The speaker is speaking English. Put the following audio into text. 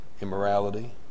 immorality